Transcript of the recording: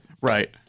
Right